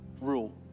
rule